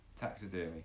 taxidermy